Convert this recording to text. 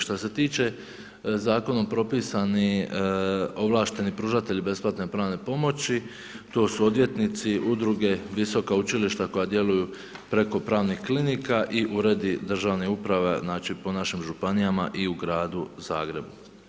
Šta se tiče zakonom propisani ovlašteni pružatelji besplatne pravne pomoći, to su odvjetnici, udruge, visoka učilišta koja djeluju preko pravnih klinika i uredi državne uprave, znači po našim županijama i u gradu Zagrebu.